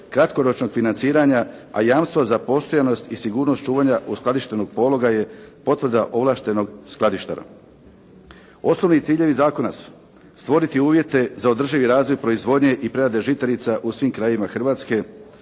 kratkoročnog financiranja, a jamstvo za postojanost i sigurnost čuvanja uskladištenog pologa je potvrda ovlaštenog skladištara. Osnovni ciljevi zakona su stvoriti uvjete za održivi razvoj proizvodnje i prerade žitarica u svim krajevima Hrvatske,